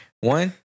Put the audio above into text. One